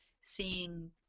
seeing